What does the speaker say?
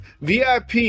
VIP